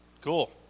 Cool